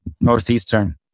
Northeastern